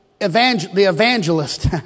evangelist